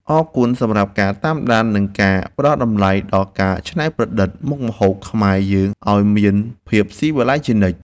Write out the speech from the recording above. អរគុណសម្រាប់ការតាមដាននិងការផ្តល់តម្លៃដល់ការច្នៃប្រឌិតមុខម្ហូបខ្មែរយើងឱ្យមានភាពស៊ីវិល័យជានិច្ច។